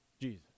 Jesus